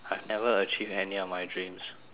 I've never achieve any of my dreams